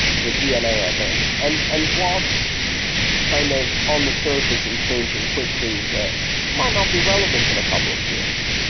the dna of it? and and what's kind of on the surface and changing quickly that might not be relevant in a couple of years?